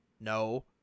No